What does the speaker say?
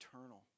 eternal